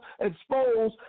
expose